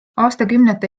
aastakümnete